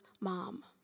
mom